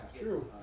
true